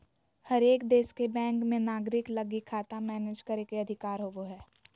हरेक देश के बैंक मे नागरिक लगी खाता मैनेज करे के अधिकार होवो हय